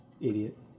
Idiot